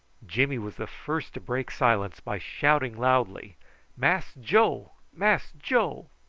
jimmy was the first to break silence by shouting loudly mass joe! mass joe!